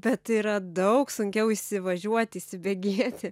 tad yra daug sunkiau įsivažiuoti įsibėgėti